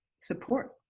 support